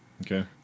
Okay